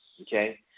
okay